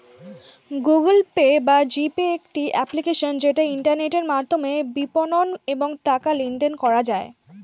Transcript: Google Pay বা G Pay একটি application যেটা ইন্টারনেটের মাধ্যমে বিপণন এবং টাকা লেনদেন করা যায়